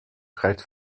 rijdt